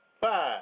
five